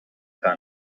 kann